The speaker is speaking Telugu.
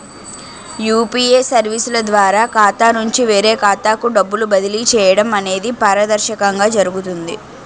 యూపీఏ సర్వీసుల ద్వారా ఖాతా నుంచి వేరే ఖాతాకు డబ్బులు బదిలీ చేయడం అనేది పారదర్శకంగా జరుగుతుంది